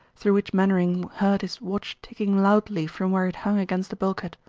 through which mainwaring heard his watch ticking loudly from where it hung against the bulkhead.